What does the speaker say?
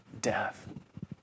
death